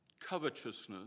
Covetousness